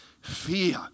fear